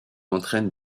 entraîne